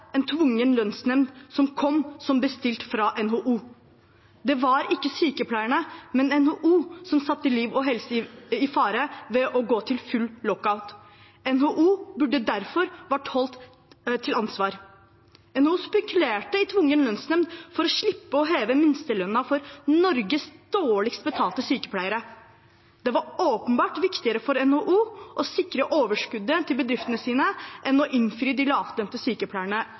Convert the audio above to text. en tvungen lønnsnemnd som kom som bestilt fra NHO. Det var ikke sykepleierne, men NHO som satte liv og helse i fare ved å gå til full lockout. NHO burde derfor vært stilt til ansvar. NHO spekulerte i tvungen lønnsnemnd for å slippe å heve minstelønnen for Norges dårligst betalte sykepleiere. Det var åpenbart viktigere for NHO å sikre overskuddet til bedriftene sine enn å innfri de